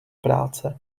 práce